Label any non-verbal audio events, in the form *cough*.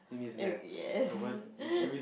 eh yes *noise*